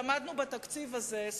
למדנו בתקציב הזה,